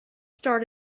start